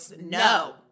No